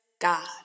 God